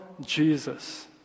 Jesus